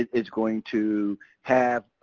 is going to have,